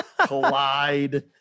collide